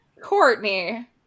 Courtney